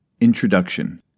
Introduction